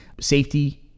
safety